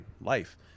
Life